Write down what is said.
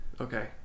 Okay